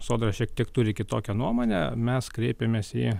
sodra šiek tiek turi kitokią nuomonę mes kreipiamės į